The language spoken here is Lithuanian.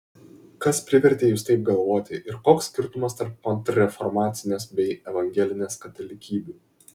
kas privertė jus taip galvoti ir koks skirtumas tarp kontrreformacinės bei evangelinės katalikybių